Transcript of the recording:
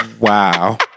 Wow